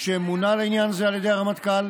שימונה לעניין זה על ידי הרמטכ"ל,